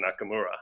Nakamura